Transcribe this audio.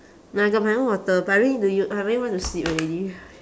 no I got my own water but I really need to u~ I really want to sleep already